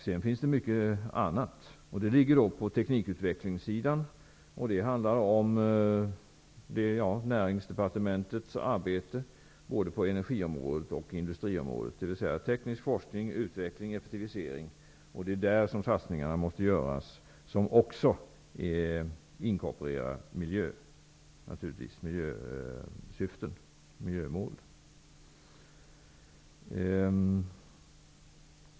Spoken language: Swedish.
Sedan finns det mycket annat, på teknikutvecklingssidan. Det handlar om Näringsdepartementets arbete, både på energiområdet och på industriområdet, dvs. teknisk forskning, utveckling och effektivisering. Det är där som satsningarna måste göras, som också inkorporerar miljösyften och miljömål.